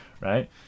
right